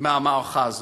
מהמערכה הזאת.